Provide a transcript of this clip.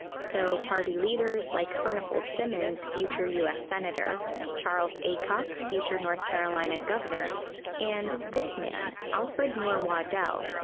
so party leaders, like furnifold simmons, future us senator charles aycock, future north carolina governor and this man, alfred moore wadell,